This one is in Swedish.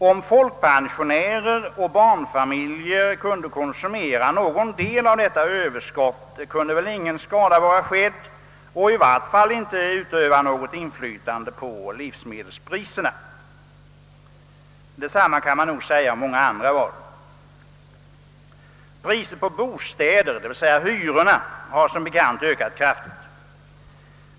Om folkpensionärer och barnfamiljer kunde konsumera någon del av detta överskott vore väl ingen skada skedd. I varje fall kunde inte detta öva något inflytande på livsmedelspriserna. Detsamma kan man nog säga om många andra varor. Priset på bostäder, d.v.s. hyrorna, har som bekant ökat kraftigt.